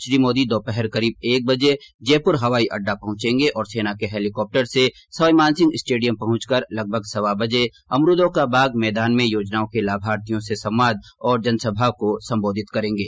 श्री मोदी दोपहर करीब एक बजे जयपुर हवाई अड्डा पहुंचेंगे और सेना के हेलीकॉप्टर से सवाई मानसिंह स्टेडियम पहुंचकर लगभग सवा बजे अमरुदों का बाग मैदान में योजनाओं के लाभार्थियों से संवाद और जनसभा को संबोधित करेंगे